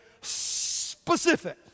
specific